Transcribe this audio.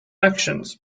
actions